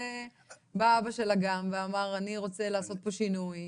בא אבא של אגם ואמר "..אני רוצה לעשות פה שינוי".